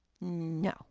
No